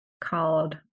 called